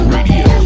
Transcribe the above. Radio